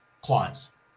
clients